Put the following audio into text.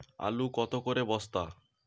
আলু কত করে বস্তা?